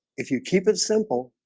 if you keep it simple,